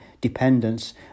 dependence